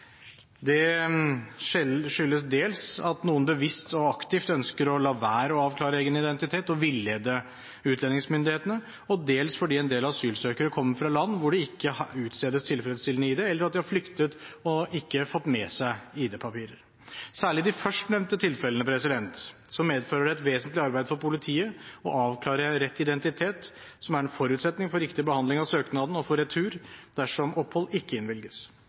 Det skyldes dels at noen bevisst og aktivt ønsker å la være å avklare egen identitet og villede utlendingsmyndighetene, og dels at en del asylsøkere kommer fra land hvor det ikke utstedes tilfredsstillende id, eller at de har flyktet og ikke fått med seg id-papirer. Særlig i de førstnevnte tilfellene medfører det et vesentlig arbeid for politiet å avklare rett identitet, noe som er en forutsetning for riktig behandling av søknaden og for retur dersom opphold ikke innvilges.